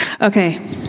Okay